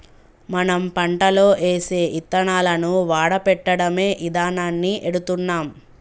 మనం పంటలో ఏసే యిత్తనాలను వాడపెట్టడమే ఇదానాన్ని ఎడుతున్నాం